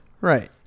Right